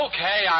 Okay